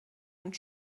und